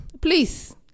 please